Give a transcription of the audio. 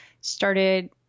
started